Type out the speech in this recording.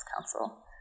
council